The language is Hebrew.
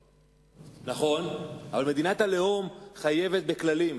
נכון, אבל מדינת הלאום חייבת בכללים.